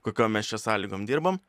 kokiom mes čia sąlygom dirbam